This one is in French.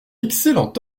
excellent